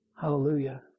Hallelujah